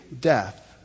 death